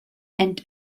and